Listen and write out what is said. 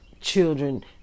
children